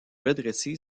redresser